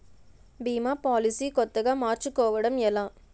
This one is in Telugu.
భీమా పోలసీ కొత్తగా మార్చుకోవడం ఎలా?